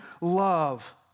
love